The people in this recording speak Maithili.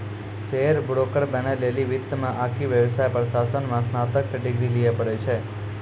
शेयर ब्रोकर बनै लेली वित्त मे आकि व्यवसाय प्रशासन मे स्नातक के डिग्री लिये पड़ै छै